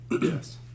Yes